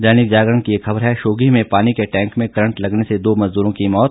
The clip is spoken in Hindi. दैनिक जागरण की एक खबर है शोघी में पानी के टैंक में करंट लगने से दो मजदूरों की मौत